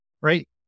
Right